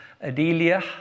Adelia